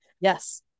Yes